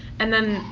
and then,